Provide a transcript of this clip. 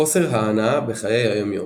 חוסר ההנאה בחיי היום יום.